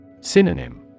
Synonym